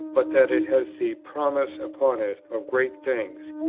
but that it has the promise upon it of great things,